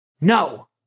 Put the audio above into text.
No